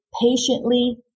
patiently